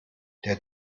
der